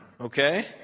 okay